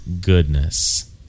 goodness